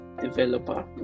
developer